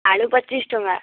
ଆଳୁ ପଚିଶ ଟଙ୍କା